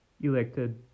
elected